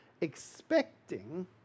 expecting